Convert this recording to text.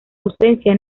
ausencia